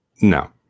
No